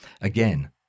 Again